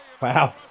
Wow